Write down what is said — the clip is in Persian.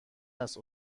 است